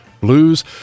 blues